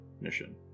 mission